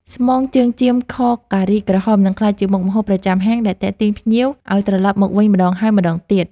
ស្មងជើងចៀមខការីក្រហមនឹងក្លាយជាមុខម្ហូបប្រចាំហាងដែលទាក់ទាញភ្ញៀវឱ្យត្រឡប់មកវិញម្តងហើយម្តងទៀត។